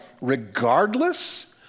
regardless